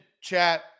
chat